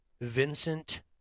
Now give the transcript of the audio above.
Vincent